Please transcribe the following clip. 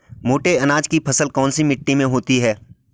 मोटे अनाज की फसल कौन सी मिट्टी में होती है?